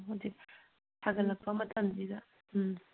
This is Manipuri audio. ꯍꯧꯖꯤꯛ ꯁꯥꯒꯠꯂꯛꯄ ꯃꯇꯝꯁꯤꯗ ꯎꯝ